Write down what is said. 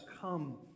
come